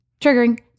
Triggering